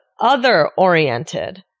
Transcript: other-oriented